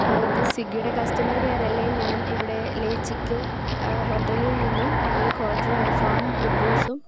ഇത് സ്വിഗ്ഗിയുടെ customer care അല്ലേ ഞാൻ ഇവിടെ ലേചിക് ഹോട്ടലിൽ നിന്നും ഒരു കോട്ടർ അൽഫാമും കുബ്ബൂസും